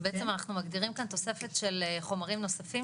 בעצם אנחנו מגדירים כאן תוספת של חומרים נוספים